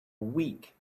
week